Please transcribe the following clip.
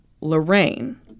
Lorraine